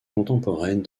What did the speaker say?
contemporaine